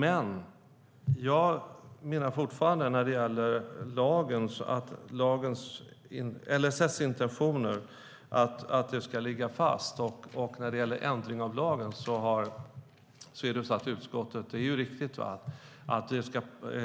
Men jag menar fortfarande att intentionerna i LSS ska ligga fast. När det gäller en ändring av lagen ska